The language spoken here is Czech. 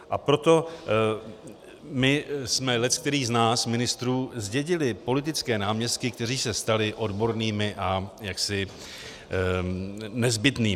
A proto my jsme leckterý z nás, ministrů, zdědili politické náměstky, kteří se stali odbornými a nezbytnými.